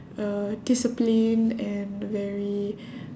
uh disciplined and very